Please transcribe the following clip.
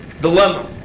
dilemma